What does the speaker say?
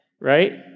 right